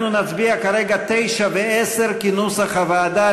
אנחנו נצביע כרגע על סעיפים 9 ו-10 כנוסח הוועדה,